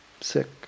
sick